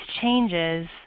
changes